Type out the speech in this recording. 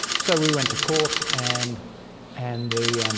so we went to court and and the